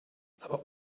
aber